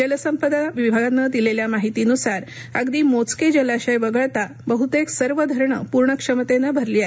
जलसंपदा विभागानं दिलेल्या माहितीनुसार अगदी मोजके जलाशय वगळता बहुतेक सर्व धरण पूर्ण क्षमतेनं भरली आहेत